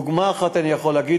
דוגמה אחת לשינוי אני יכול לתת,